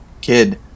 Kid